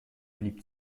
blieb